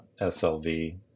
SLV